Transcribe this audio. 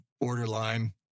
borderline